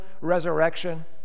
resurrection